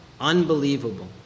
unbelievable